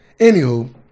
Anywho